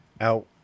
out